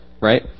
right